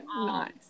nice